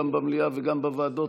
גם במליאה וגם בוועדות,